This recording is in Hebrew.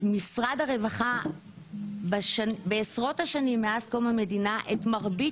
משרד הרווחה בעשרות השנים מאז קום המדינה את מרבית